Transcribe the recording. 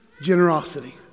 generosity